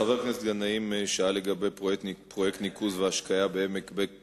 חבר הכנסת מסעוד גנאים שאל את השר להגנת